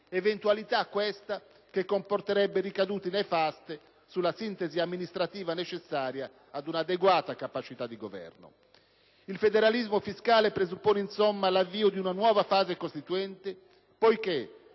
eventualità questa che comporterebbe ricadute nefaste sulla sintesi amministrativa necessaria ad un'adeguata capacità di Governo. Il federalismo fiscale presuppone, insomma, l'avvio di una nuova fase costituente, poiché